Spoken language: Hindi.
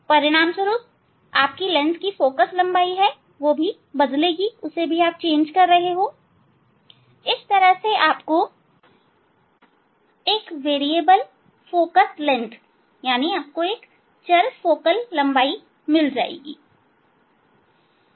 परिणाम स्वरूप आप लेंस की फोकल लंबाई को बदल रहे हैं इस तरह आपको चर फोकल लंबाई मिल रही है